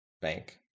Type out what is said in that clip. bank